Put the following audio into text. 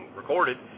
recorded